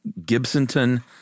Gibsonton